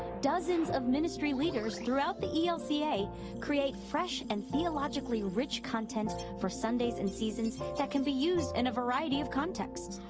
dozens of ministry leaders throughout the elca create fresh and theologically rich content for sundays and seasons that can be used in a variety of contexts.